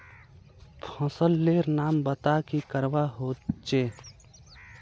फसल लेर नाम बता की करवा होचे?